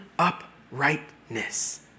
uprightness